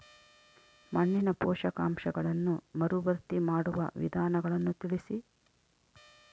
ಮಣ್ಣಿನ ಪೋಷಕಾಂಶಗಳನ್ನು ಮರುಭರ್ತಿ ಮಾಡುವ ವಿಧಾನಗಳನ್ನು ತಿಳಿಸಿ?